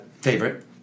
favorite